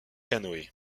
canoë